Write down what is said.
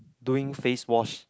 doing face wash